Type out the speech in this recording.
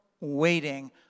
waiting